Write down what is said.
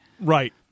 Right